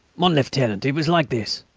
mon lieutenant, it was like this.